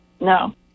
No